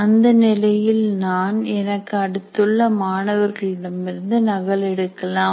அந்த நிலையில் நான் எனக்கு அடுத்துள்ள மாணவர்களிடமிருந்து நகல் எடுக்கலாம்